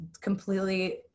completely